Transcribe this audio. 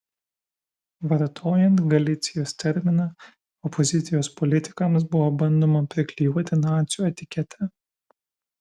vartojant galicijos terminą opozicijos politikams buvo bandoma priklijuoti nacių etiketę